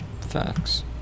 facts